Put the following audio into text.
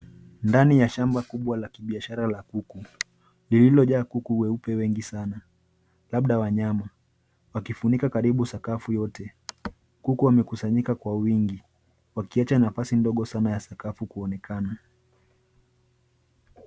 Ndani ya shamba kubwa la kibiashara la kuku lililojaa kuku weupe wengi sana labda wanyama wakifunika karibu sakafu yote. Kuku wamekusanyika kwa wingi wakiacha nafasi ndogo sana ya sakafu kuonekana.